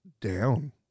down